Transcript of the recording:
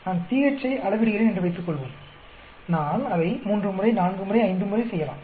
நான் pH ஐ அளவிடுகிறேன் என்று வைத்துக்கொள்வோம் நான் அதை மூன்று முறை நான்கு முறை ஐந்து முறை செய்யலாம்